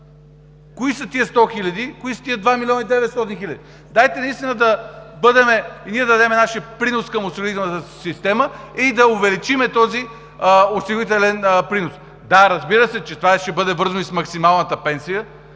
кои са тези 2 милиона и 900 хиляди? Дайте наистина да дадем нашия принос към осигурителната система и да увеличим този осигурителен принос. Да, разбира се, че това ще бъде вързано и с максималната пенсия.